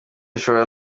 bishobora